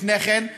לפני כן,